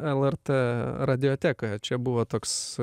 el er t radijotekoje ką čia buvo toks